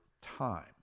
time